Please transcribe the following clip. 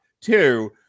Two